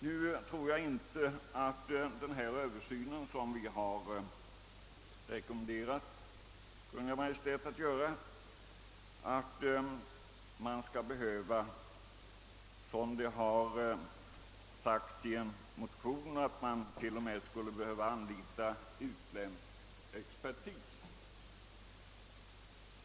Nu tror jag inte att man för denna översyn, som vi har rekommenderat Kungl. Maj:t att göra, skall behöva anlita utländsk expertis, såsom det har sagts i en motion.